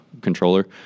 controller